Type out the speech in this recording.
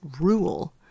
rule